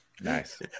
nice